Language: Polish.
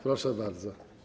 Proszę bardzo.